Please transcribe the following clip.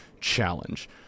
challenge